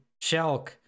Shelk